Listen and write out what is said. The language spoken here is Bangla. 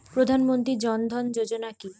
প্রধান মন্ত্রী জন ধন যোজনা কি?